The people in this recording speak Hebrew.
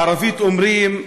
בערבית אומרים: